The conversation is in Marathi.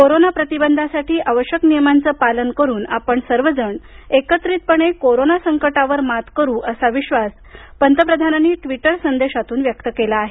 कोरोना प्रतिबंधासाठी आवश्यक नियमांचं पालन करून आपण सर्व जण एकत्रितपणे कोरोना संकटावर मात करू असा विश्वास पंतप्रधानांनी ट्वीटर संदेशातून व्यक्त केला आहे